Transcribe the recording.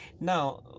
Now